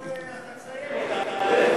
היא תעלה.